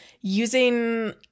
using